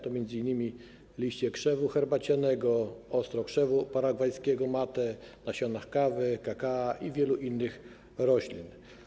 To m.in. liście krzewu herbacianego, ostrokrzewu paragwajskiego mate, nasiona kawy, kakao i wielu innych roślin.